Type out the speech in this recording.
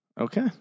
Okay